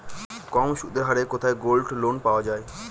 কম সুদের হারে কোথায় গোল্ডলোন পাওয়া য়ায়?